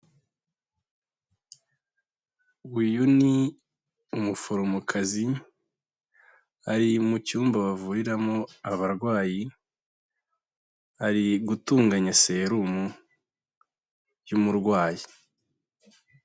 Uyu ni umuforomokazi, ari mu cyumba bavuriramo abarwayi, ari gutunganya serumu y'umurwayi.